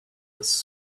was